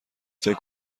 فکر